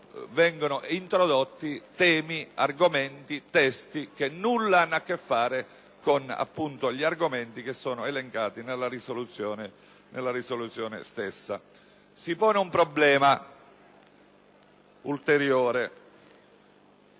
vengono introdotti temi e testi che nulla hanno a che fare con gli argomenti elencati nella risoluzione stessa. Si pone poi un problema ulteriore.